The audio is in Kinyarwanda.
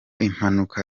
impanuka